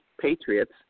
Patriots